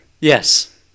Yes